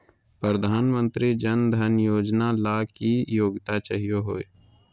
प्रधानमंत्री जन धन योजना ला की योग्यता चाहियो हे?